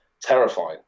terrifying